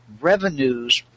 revenues